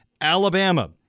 Alabama